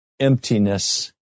Emptiness